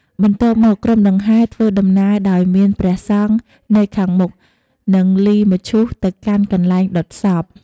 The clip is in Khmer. បន្ទាប់មក ក្រុមដង្ហែធ្វើដំណើរដោយមានព្រះសង្ឃនៅខាងមុខ និងលីមឈូសទៅកាន់កន្លែងដុតសព។